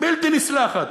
בלתי נסלחת,